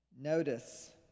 Notice